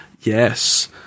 Yes